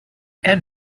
and